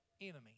enemy